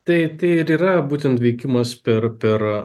tai ir yra būtent veikimas per per